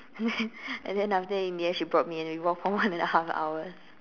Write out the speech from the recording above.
and then after in the end she brought me and we walked for one and a half hours